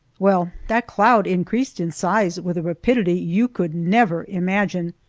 well, that cloud increased in size with a rapidity you could never imagine,